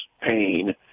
pain